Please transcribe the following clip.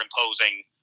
imposing